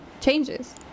changes